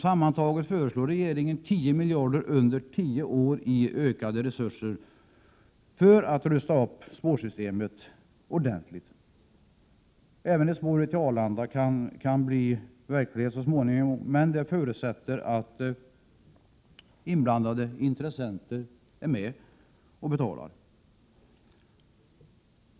Sammantaget föreslår regeringen 10 miljarder under tio år i ökade resurser för att rusta upp spårsystemet ordentligt. Även ett spår till Arlanda kan så småningom bli verklighet, men det förutsätter att inblandade intressenter är med och betalar.